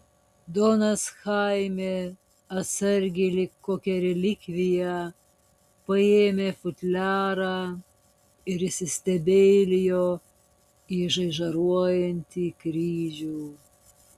donas chaime atsargiai lyg kokią relikviją paėmė futliarą ir įsistebeilijo į žaižaruojantį kryžių